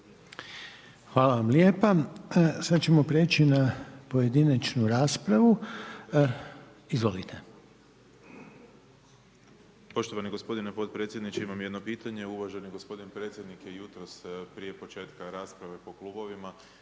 Hvala vam lijepo. Sada ćemo preći na pojedinačnu raspravu, izvolite.